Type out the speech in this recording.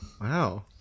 Wow